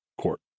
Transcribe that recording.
court